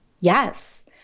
Yes